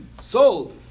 sold